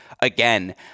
again